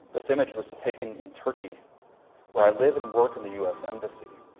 this image was taken in turkey where i live and work in the u s. embassy.